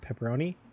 pepperoni